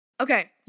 okay